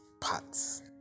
parts